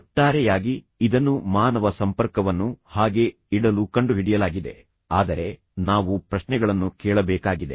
ಒಟ್ಟಾರೆಯಾಗಿ ಇದನ್ನು ಮಾನವ ಸಂಪರ್ಕವನ್ನು ಹಾಗೇ ಇಡಲು ಕಂಡುಹಿಡಿಯಲಾಗಿದೆ ಆದರೆ ನಾವು ಪ್ರಶ್ನೆಗಳನ್ನು ಕೇಳಬೇಕಾಗಿದೆ